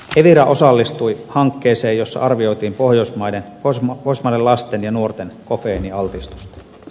evira osallistui hankkeeseen jossa arvioitiin pohjoismaiden lasten ja nuorten kofeiinialtistusta